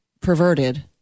perverted